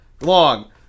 Long